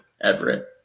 Everett